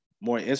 more